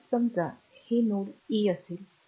समजा जर ते नोड a असेल तर